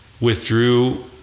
withdrew